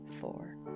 four